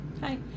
hi